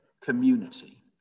community